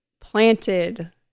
planted